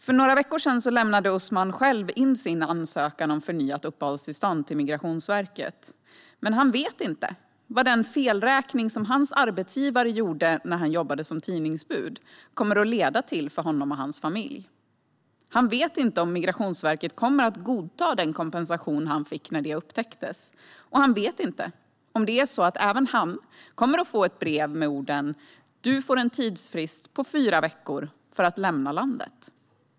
För några veckor sedan lämnade Usman själv in sin ansökan om förnyat uppehållstillstånd till Migrationsverket. Men han vet inte vad den felräkning som hans arbetsgivare gjorde när han jobbade som tidningsbud kommer att leda till för honom och hans familj. Han vet inte om Migrationsverket kommer att godta den kompensation han fick när det upptäcktes. Och han vet inte om även han kommer att få ett brev med orden: Du får en tidsfrist på fyra veckor för att lämna landet.